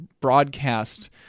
broadcast